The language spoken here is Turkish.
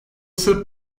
sırp